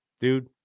Dude